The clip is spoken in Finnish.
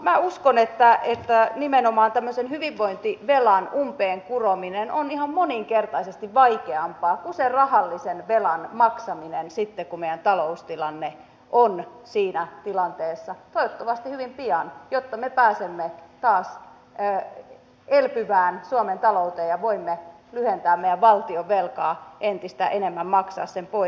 minä uskon että nimenomaan tämmöisen hyvinvointivelan umpeen kurominen on ihan moninkertaisesti vaikeampaa kuin sen rahallisen velan maksaminen sitten kun meidän taloustilanteemme on siinä tilanteessa toivottavasti hyvin pian jolloin me pääsemme taas elpyvään suomen talouteen ja voimme lyhentää valtionvelkaa entistä enemmän maksaa sen pois